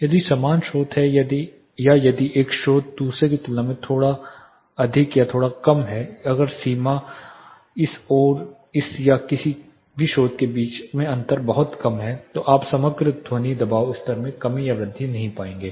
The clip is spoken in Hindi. यदि समान स्रोत हैं या यदि एक स्रोत दूसरे की तुलना में थोड़ा अधिक या थोड़ा कम है अगर सीमा इस और इस या किसी भी स्रोत के बीच का अंतर बहुत कम है तो आप समग्र ध्वनि दबाव स्तर में कमी या वृद्धि नहीं पाएंगे